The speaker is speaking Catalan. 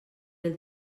del